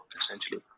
essentially